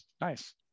nice